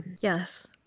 Yes